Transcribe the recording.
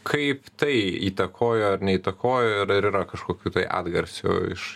kaip tai įtakojo ar neįtakojo ir ar yra kažkokių tai atgarsių iš